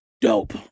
dope